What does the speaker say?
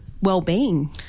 well-being